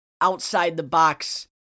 outside-the-box